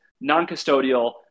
non-custodial